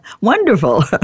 wonderful